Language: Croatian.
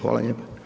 Hvala lijepo.